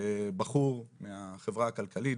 בחור מהחברה הכלכלית,